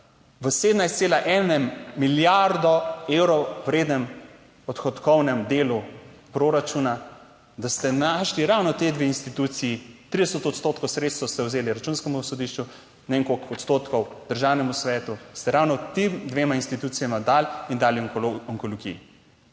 povedala, v 17,1 milijardo evrov vrednem odhodkovnem delu proračuna, da ste našli ravno ti dve instituciji, 30 odstotkov sredstev ste vzeli Računskemu sodišču, ne vem koliko odstotkov Državnemu svetu, ste ravno tema dvema institucijama dali in dali onkologiji.